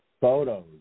photos